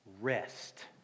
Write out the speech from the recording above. Rest